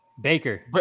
Baker